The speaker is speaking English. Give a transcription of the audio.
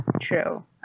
true